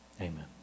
Amen